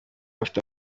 afite